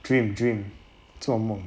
dream dream 做梦